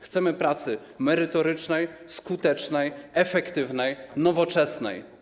Chcemy pracy merytorycznej, skutecznej, efektywnej, nowoczesnej.